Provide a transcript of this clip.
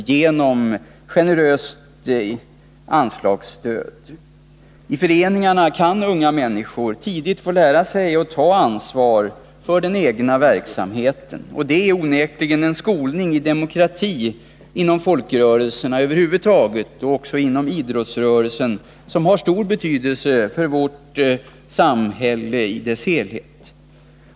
I föreningar kan unga människor tidigt få lära sig att ta ansvar för den egna verksamheten. Det sker onekligen en skolning i demokrati inom folkrörelserna över huvud taget och även inom idrottsrörelsen, som har stor betydelse för vårt samhälle i dess helhet.